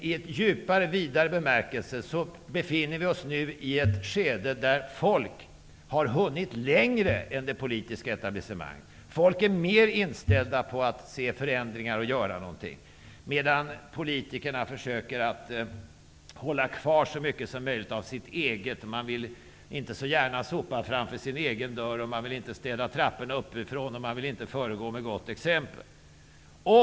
I en vidare bemärkelse befinner vi oss nu i ett skede där folk har hunnit längre än det politiska etablissemanget. Människor är mer inställda på att se förändringar och att göra någonting, medan politikerna försöker att hålla kvar så mycket som möjligt av sitt eget. Man vill inte så gärna sopa framför sin egen dörr, man vill inte städa trapporna uppifrån och man vill inte föregå med gott exempel.